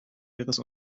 ihres